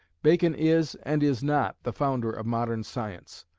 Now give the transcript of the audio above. bacon is, and is not, the founder of modern science.